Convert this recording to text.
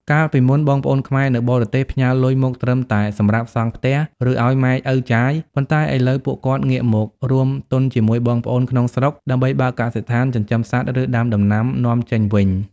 កាលពីមុន បងប្អូនខ្មែរនៅបរទេសផ្ញើលុយមកត្រឹមតែសម្រាប់សង់ផ្ទះ ឬឱ្យម៉ែឪចាយ ប៉ុន្តែឥឡូវពួកគាត់ងាកមក "រួមទុនជាមួយបងប្អូនក្នុងស្រុក" ដើម្បីបើកកសិដ្ឋានចិញ្ចឹមសត្វ ឬដាំដំណាំនាំចេញវិញ។